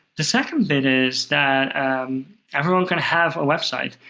the second bit is that everyone can have a website.